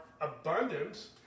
abundance